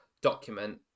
document